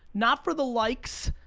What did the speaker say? not for the likes,